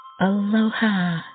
Aloha